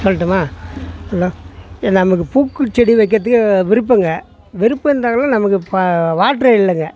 சொல்லட்டுமா ஹலோ நமக்கு பூக்கும் செடி வைக்கிறதுக்கு விருப்பம்ங்க விருப்பம் இருந்தாக்கூட நமக்கு வாட்ரு இல்லைங்க